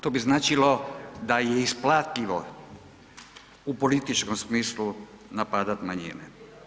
To bi značilo da je isplativo u političkom smislu napadat manjine.